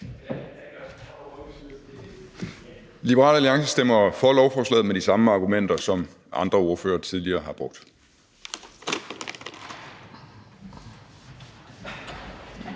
Liberal Alliance stemmer for lovforslaget med de samme argumenter, som andre ordførere tidligere har brugt.